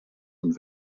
und